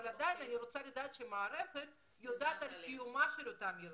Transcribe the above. אבל עדיין אני רוצה לדעת שהמערכת יודעת על קיומם של אותם ילדים.